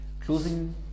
Closing